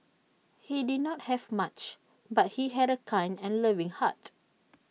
he did not have much but he had A kind and loving heart